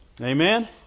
Amen